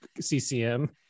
CCM